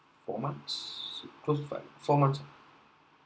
four months close to five four months ah